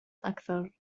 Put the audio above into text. أكثر